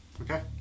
Okay